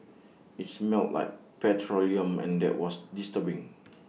IT smelt like petroleum and there was disturbing